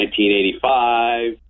1985